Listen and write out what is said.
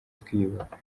twiyubaka